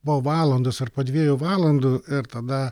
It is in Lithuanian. po valandos ar po dviejų valandų ir tada